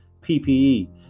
ppe